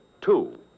Two